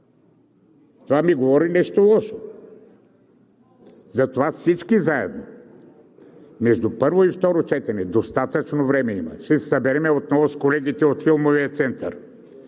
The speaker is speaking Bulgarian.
Това ми говори нещо лошо. Затова всички заедно – между първо и второ четене има достатъчно време, ще се съберем отново с колегите от Филмовия център,